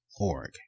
org